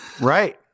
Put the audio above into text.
Right